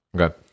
Okay